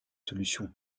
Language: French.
solutions